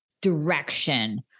direction